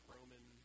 Roman